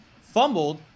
fumbled